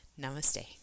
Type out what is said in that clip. Namaste